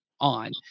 on